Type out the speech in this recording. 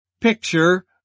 picture